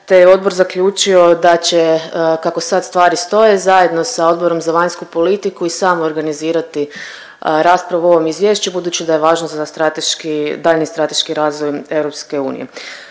te je odbor zaključio da će kako sad stvari stoje zajedno sa Odborom za vanjsku politiku i sam organizirati raspravu o ovom izvješću budući da je važnost za strateški daljnji strateški razvoj EU.